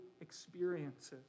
experiences